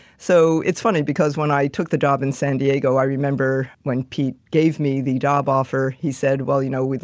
so, it's funny because when i took the job in san diego, i remember when pete gave me the job offer. he said, well, you know,